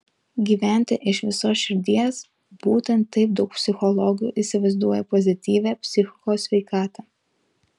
gyventi iš visos širdies būtent taip daug psichologų įsivaizduoja pozityvią psichikos sveikatą